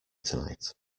tonight